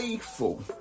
Faithful